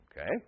Okay